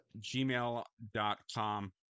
gmail.com